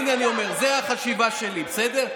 הינה, אני אומר: זו החשיבה שלי, בסדר?